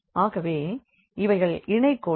ஆகவே இவைகள் இணை கோடுகள்